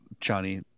Johnny